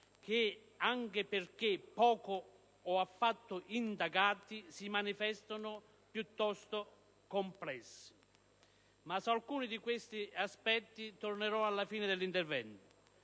che, anche perché poco o affatto indagati, si manifestano piuttosto complessi. Ma su alcuni di questi aspetti tornerò successivamente.